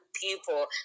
people